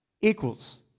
Equals